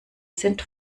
sind